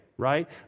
right